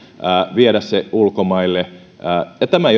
viedä se ulkomaille tämä